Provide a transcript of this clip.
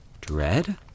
Dread